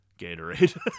Gatorade